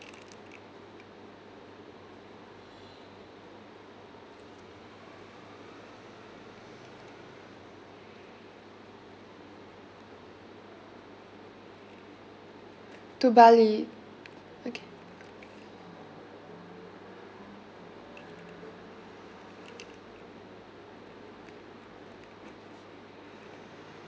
to bali okay